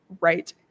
right